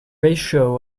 ratio